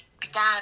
began